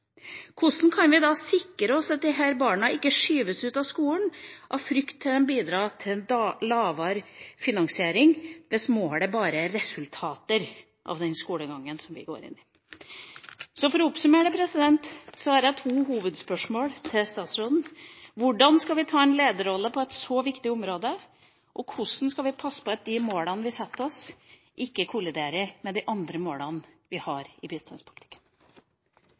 Hvordan kan vi sikre oss at disse barna ikke skyves ut av skolen av frykt for at de vil bidra til lavere finansiering, hvis målet bare er resultater av skolegangen deres? For å oppsummere har jeg to hovedspørsmål til statsråden: Hvordan skal vi ta en lederrolle på et så viktig område? Og hvordan skal vi passe på at de målene vi setter oss, ikke kolliderer med de andre målene vi har i bistandspolitikken?